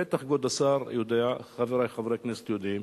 בטח כבוד השר יודע, חברי חברי הכנסת יודעים,